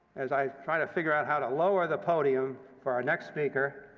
as i try to figure out how to lower the podium for our next speaker,